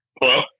Hello